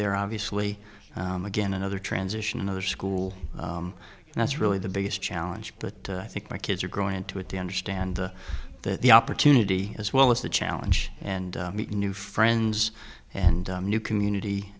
there obviously again another transition another school that's really the biggest challenge but i think my kids are growing into it to understand that the opportunity as well as the challenge and meet new friends and new community